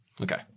Okay